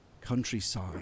countryside